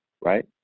right